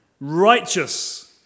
righteous